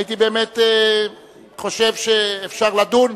הייתי באמת חושב שאפשר לדון.